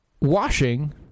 washing